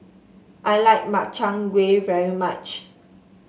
I like Makchang Gui very much